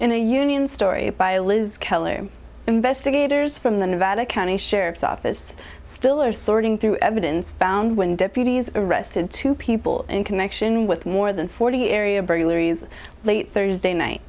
in a union story by liz keller investigators from the nevada county sheriff's office still are sorting through evidence found when deputies arrested two people in connection with more than forty area burglaries the thursday night